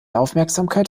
aufmerksamkeit